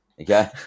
Okay